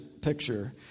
picture